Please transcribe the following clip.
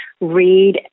read